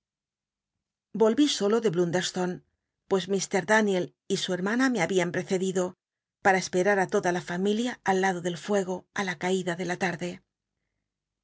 solo de blundet stonc pues it daniel y su henn u a me habian precedido para espet w á toda la familia al lado del fuego i la e tida de la larde